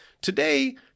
today